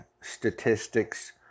statistics